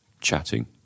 chatting